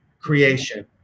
creation